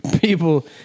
people